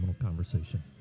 conversation